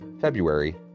February